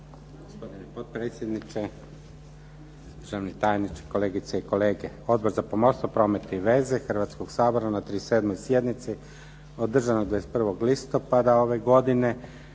(SDP)** Potpredsjedniče, državni tajniče, kolegice i kolege. Odbor za pomorstvo, promet i veze Hrvatskog sabora na 37. sjednici održane 21. listopada ove godine